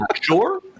sure